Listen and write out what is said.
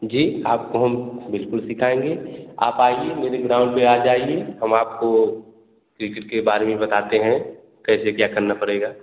जी आपको हम बिल्कुल सिखाएँगे आप आइये मेरे ग्राउंड पर आ जाइए हम आपको क्रिकेट के बारे में बताते हैं कैसे क्या करना पड़ेगा